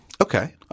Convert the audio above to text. Okay